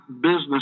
business